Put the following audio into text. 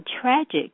tragic